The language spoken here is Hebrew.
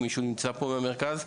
מישהו נמצא פה מהמרכז?